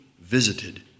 visited